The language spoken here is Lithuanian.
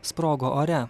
sprogo ore